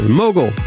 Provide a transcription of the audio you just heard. mogul